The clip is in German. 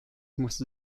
musste